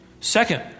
Second